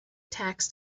tax